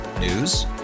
News